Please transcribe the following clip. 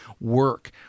work